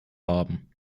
haben